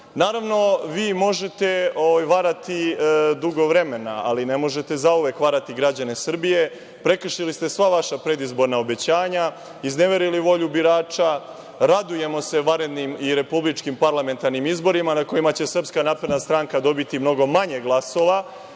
Naravno, vi možete varati dugo vremena, ali ne možete zauvek varati građane Srbije. Prekršili ste sva vaša predizborna obećanja, izneverili volju birača, radujemo se vanrednim i republičkim parlamentarnim izborima na kojima će SNS dobiti mnogo manje glasova,